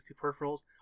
peripherals